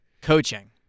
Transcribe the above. Coaching